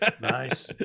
Nice